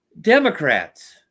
Democrats